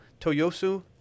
Toyosu